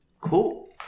Cool